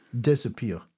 Disappear